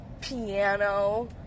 piano